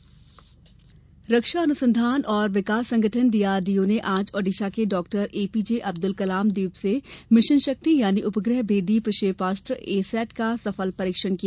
अंतरिक्ष उपलब्धि रक्षा अनुसंधान और विकास संगठन डीआरडीओ ने आज ओडिशा के डॉक्टर एपीजे अब्दल कलाम द्वीप से मिशन शक्ति यानी उपग्रहभेदी प्रक्षेपास्त्र ए सैट का सफल परीक्षण किया